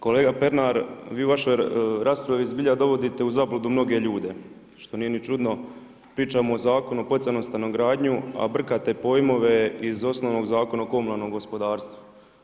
Kolega Pernar, vi u vašoj raspravi zbilja dovodite u zabludu mnoge ljude što nije ni čudno, pričamo o Zakonu o poticajnoj stanogradnji, a brkate pojmove iz osnovnog Zakona o komunalnom gospodarstvu.